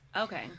Okay